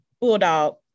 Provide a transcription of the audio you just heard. Bulldog